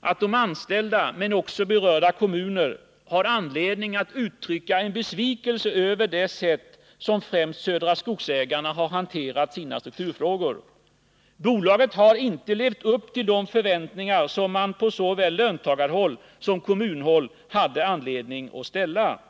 att de anställda men också berörda kommuner har anledning att uttrycka besvikelse över det sätt på vilket främst Södra Skogsägarna har hanterat sina strukturfrågor. Bolaget har inte levt upp till de förväntningar som man på såväl löntagarhåll som kommunhåll hade anledning att ställa.